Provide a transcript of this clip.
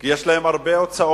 כי יש להם הרבה הוצאות